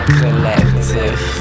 collective